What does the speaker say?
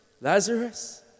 Lazarus